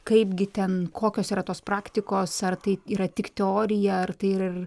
kaipgi ten kokios yra tos praktikos ar tai yra tik teorija ar tai ir